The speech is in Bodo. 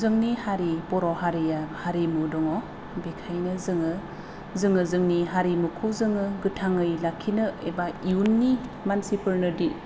जोंनि हारि बर' हारिया हारिमु दङ बेखायनो जोङो जोङो जोंनि हारिमुखौ जोङो गोथाङै लाखिनो एबा इयुननि मानसिफोरनो दिनथिना